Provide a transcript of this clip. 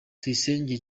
tuyisenge